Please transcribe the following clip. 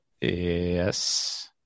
Yes